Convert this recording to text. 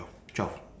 twelve